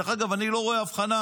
דרך אגב, אני לא רואה הבחנה,